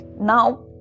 Now